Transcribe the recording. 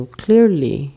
clearly